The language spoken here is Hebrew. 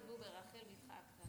ברחל בתך הקטנה.